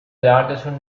دردتون